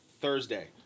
Thursday